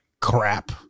crap